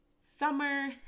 summer